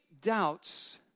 doubts